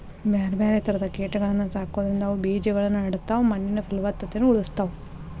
ಬ್ಯಾರ್ಬ್ಯಾರೇ ತರದ ಕೇಟಗಳನ್ನ ಸಾಕೋದ್ರಿಂದ ಅವು ಬೇಜಗಳನ್ನ ಹರಡತಾವ, ಮಣ್ಣಿನ ಪಲವತ್ತತೆನು ಉಳಸ್ತಾವ